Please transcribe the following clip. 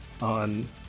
on